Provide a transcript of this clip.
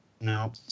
no